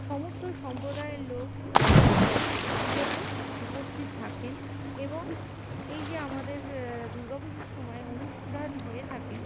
সমস্ত সম্প্রদায়ের লোক এই পুজোতে উপস্থিত থাকেন এবং এই যে আমাদের দুর্গাপুজোর সময় অনুষ্ঠান হয়ে থাকে